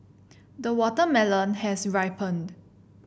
the watermelon has ripened